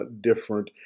different